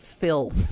filth